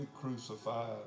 crucified